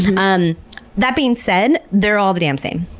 um that being said, they're all the damn same.